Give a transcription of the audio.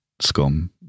Scum